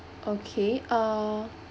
okay uh